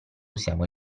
usiamo